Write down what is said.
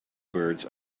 birds